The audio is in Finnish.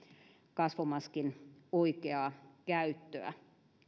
kasvomaskin oikeaa käyttöä